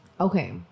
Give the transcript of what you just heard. okay